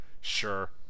sure